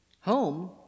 Home